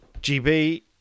GB